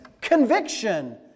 conviction